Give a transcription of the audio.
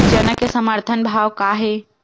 चना के समर्थन भाव का हे?